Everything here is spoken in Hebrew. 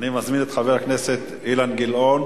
אני מזמין את חבר הכנסת אילן גילאון,